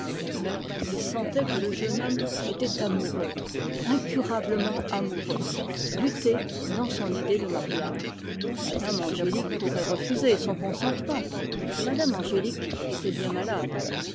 mais il sentait que le jeune homme était incurablement amoureux buté dans son idée de mariage mme angélique pourrait refuser son consentement mme angélique était bien malade